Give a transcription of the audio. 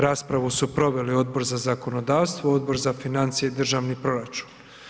Raspravu su proveli Odbor za zakonodavstvo i Odbor za financije i državni proračun.